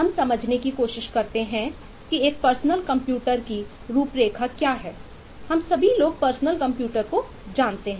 हम समझने की कोशिश करते हैं कि एक पर्सनल कंप्यूटर को जानते हैं